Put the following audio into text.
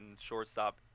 shortstop